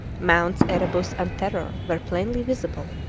mounts erebus and terror were plainly visible,